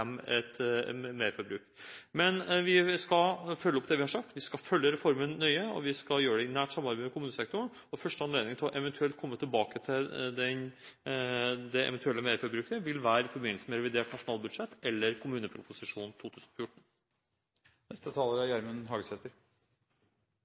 et merforbruk. Men vi skal følge opp det vi har sagt. Vi skal følge reformen nøye, og vi skal gjøre det i nært samarbeid med kommunesektoren. Første anledning til å komme tilbake til det eventuelle merforbruket vil være i forbindelse med revidert nasjonalbudsjett eller kommuneproposisjonen for 2014.